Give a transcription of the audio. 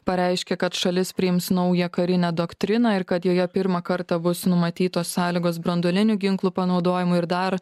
pareiškė kad šalis priims naują karinę doktriną ir kad joje pirmą kartą bus numatytos sąlygos branduolinių ginklų panaudojimui ir dar